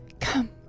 Come